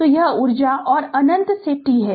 तो यह ऊर्जा और अनंत से t है